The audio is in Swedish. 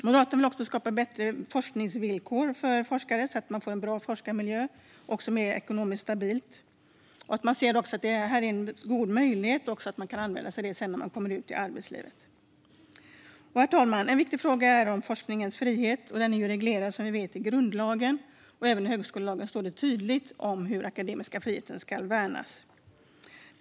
Moderaterna vill också skapa bättre forskningsvillkor för forskare så att de får en bra forskarmiljö som är mer ekonomiskt stabil och som ger dem möjligheter när de sedan kommer ut i arbetslivet. Herr talman! En viktig fråga är forskningens frihet. Den är som vi vet reglerad i grundlagen. Även i högskolelagen står det tydligt att den akademiska friheten ska värnas.